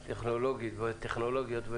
טכנולוגית.